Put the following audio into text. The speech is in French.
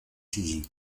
saisi